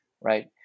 right